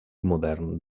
modern